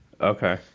Okay